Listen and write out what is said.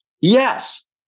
Yes